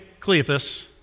Cleopas